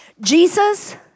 jesus